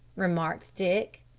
remarked dick.